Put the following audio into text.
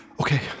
okay